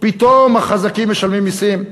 פתאום החזקים משלמים מסים.